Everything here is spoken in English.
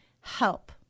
help